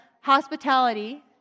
hospitality